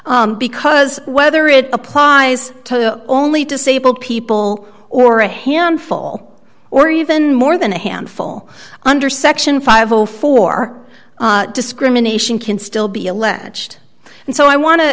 because whether it applies to only disabled people or a handful or even more than a handful under section fifty dollars for discrimination can still be alleged and so i want to